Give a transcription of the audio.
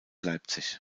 leipzig